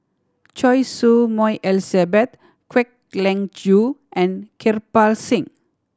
Choy Su Moi Elizabeth Kwek Leng Joo and Kirpal Singh